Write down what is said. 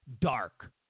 dark